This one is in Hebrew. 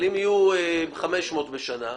אם יהיו 500 בשנה,